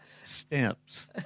Stamps